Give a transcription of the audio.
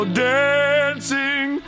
dancing